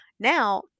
Now